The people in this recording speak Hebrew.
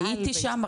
הייתי שם,